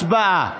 הצבעה.